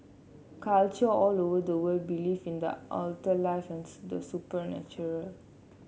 culture all over the world believe in the afterlife and the supernatural